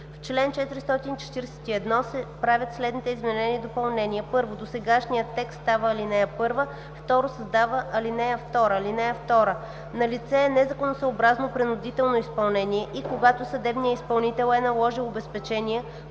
В чл. 441 се правят следните изменения и допълнения: 1. Досегашният текст става ал. 1. 2. Създава ал. 2: „(2) Налице е незаконосъобразно принудително изпълнение и когато съдебният изпълнител е наложил обезпечения,